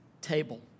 table